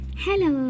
Hello